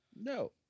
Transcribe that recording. No